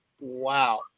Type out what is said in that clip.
wow